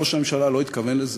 ראש הממשלה לא התכוון לזה,